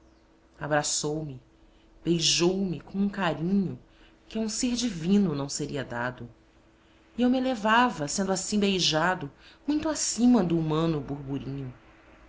sozinho abraçou-me beijou-me com um carinho que a um ser divino não seria dado e eu me elevava sendo assim beijado muito acima do humano burburinho